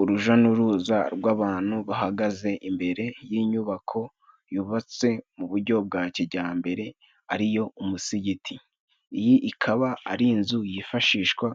Uruja n'uruza rw'abantu bahagaze imbere y'inyubako yubatse mu bujyo bwa kijyambere ariyo umusigiti. Iyi ikaba ari inzu yifashishwa